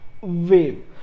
wave